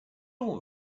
all